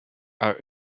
are